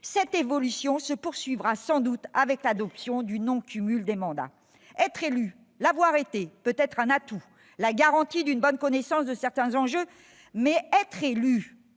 Cette évolution se poursuivra sans doute avec l'adoption du non-cumul des mandats. Être élu ou l'avoir été peut être un atout, la garantie d'une bonne connaissance de certains enjeux, mais être élu